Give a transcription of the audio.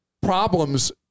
problems